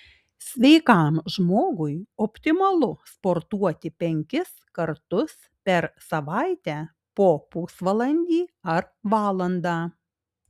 sveikam žmogui optimalu sportuoti penkis kartus per savaitę po pusvalandį ar valandą